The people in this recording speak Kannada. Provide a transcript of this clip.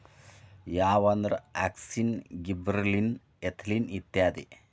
ಯಾವಂದ್ರ ಅಕ್ಸಿನ್, ಗಿಬ್ಬರಲಿನ್, ಎಥಿಲಿನ್ ಇತ್ಯಾದಿ